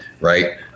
right